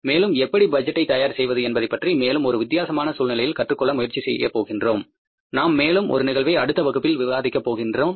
மேலும் எப்படி பட்ஜெட்டை தயார் செய்வது என்பதை பற்றி மேலும் ஒரு வித்தியாசமான சூழ்நிலையில் கற்றுக்கொள்ள முயற்சி செய்யப் போகின்றோம் நாம் மேலும் ஒரு நிகழ்வை அடுத்த வகுப்பில் விவாதிக்க போகின்றேம்